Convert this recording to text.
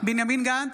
בנימין גנץ,